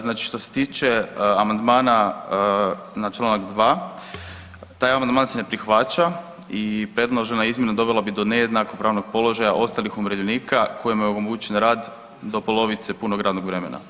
Znači što se tiče amandmana na čl. 2 taj amandman se ne prihvaća i predložena izmjena dovela bi do nejednako pravnog položaja ostalih umirovljenika kojima je omogućen rad do polovice punog radnog vremena.